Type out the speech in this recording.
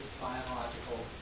biological